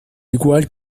igual